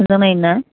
मोजां नायोना